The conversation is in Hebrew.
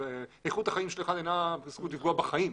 איכות החיים של אחד אינה זכות לפגוע בחיים,